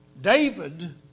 David